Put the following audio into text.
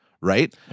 Right